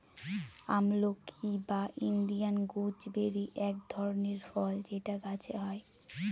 আমলকি বা Indian gooseberry এক ধরনের ফল যেটা গাছে হয়